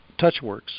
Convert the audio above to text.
TouchWorks